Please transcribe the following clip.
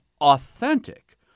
authentic